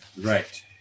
Right